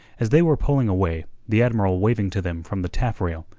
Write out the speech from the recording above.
as they were pulling away, the admiral waving to them from the taffrail,